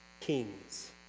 kings